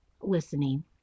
listening